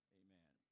amen